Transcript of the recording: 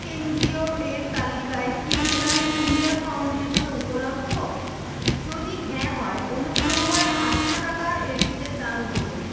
N G O এর তালিকায় কি উড়ান ইন্ডিয়া ফাউন্ডেশন উপলব্ধ যদি হ্যাঁ হয় অনুগ্রহ করে আটশো টাকা এটিতে দান করুন